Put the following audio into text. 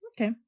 Okay